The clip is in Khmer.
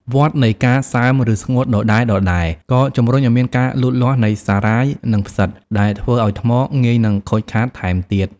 វដ្តនៃការសើមឫស្ងួតដដែលៗ ក៏ជំរុញឱ្យមានការលូតលាស់នៃសារាយ និងផ្សិត ដែលធ្វើឱ្យថ្មងាយនឹងខូចខាតថែមទៀត។